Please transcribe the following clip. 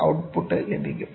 out puttu ലഭിക്കും